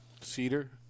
cedar